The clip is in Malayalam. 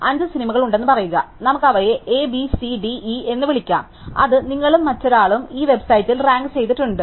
അതിനാൽ അഞ്ച് സിനിമകളുണ്ടെന്ന് പറയുക നമുക്ക് അവയെ A B C D E എന്ന് വിളിക്കാം അത് നിങ്ങളും മറ്റൊരാളും ഈ വെബ്സൈറ്റിൽ റാങ്ക് ചെയ്തിട്ടുണ്ട്